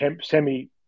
semi-